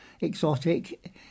exotic